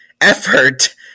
effort